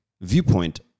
viewpoint